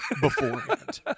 beforehand